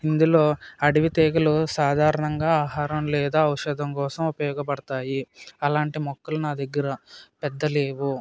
ఇందులో అడవి తీగలు సాధారణంగా ఆహారం లేదా ఔషధం కోసం ఉపయోగపడతాయి అలాంటి మొక్కలు నా దగ్గర పెద్ద లేవు